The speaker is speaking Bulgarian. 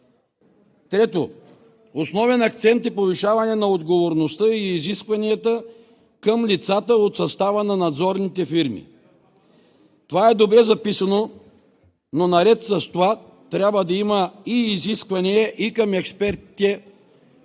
Трето, основен акцент е повишаване на отговорността и изискванията към лицата от състава на надзорните фирми. Това е добре записано, но наред с това трябва да има изисквания и към експертите